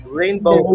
rainbow